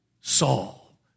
Saul